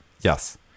Yes